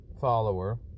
follower